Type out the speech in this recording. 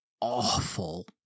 awful